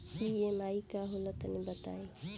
EMI का होला तनि बताई?